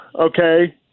okay